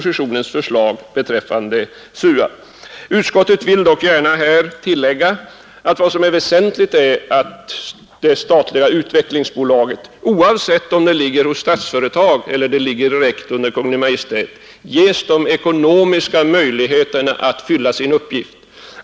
Utskottet vill dock här gärna tillägga att det väsentliga är att det statliga utvecklingsbolaget, oavsett om det ligger hos Statsföretag AB eller direkt under Kungl. Maj:t, ges de ekonomiska möjligheterna att fylla sin uppgift.